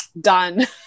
Done